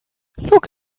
look